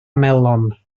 melon